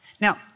Now